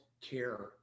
care